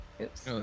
Oops